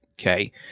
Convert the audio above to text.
okay